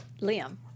Liam